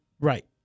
Right